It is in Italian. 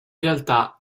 realtà